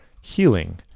healing